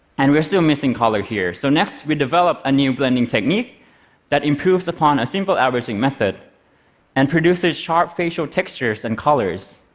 and we are still missing color here, so next, we develop a new blending technique that improves upon a single averaging method and produces sharp facial textures and colors.